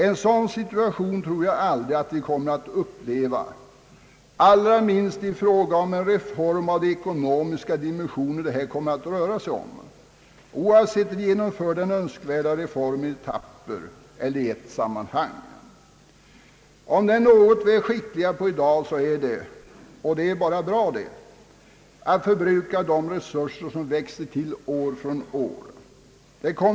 En sådan situation tror jag vi aldrig får uppleva, allra minst i fråga om en reform av de ekonomiska dimensioner det här rör sig om, oavsett om den önskvärda reformen genomförs i etapper eller i ett sammanhang. Om det är något som vi handskas skickligt med i dag så är det att förbruka de resurser som växer år från år. Detta är i och för sig bara bra.